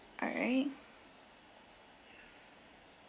alright